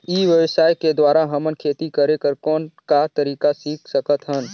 ई व्यवसाय के द्वारा हमन खेती करे कर कौन का तरीका सीख सकत हन?